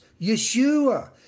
Yeshua